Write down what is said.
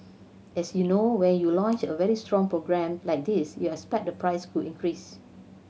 as you know when you launch a very strong program like this you expect the price could increase